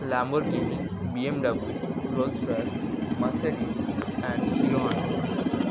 Lamborghini BMW Rolls Royce Mercedes and Hero Honda